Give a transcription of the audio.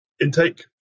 intake